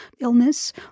illness